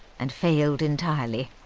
and failed entirely.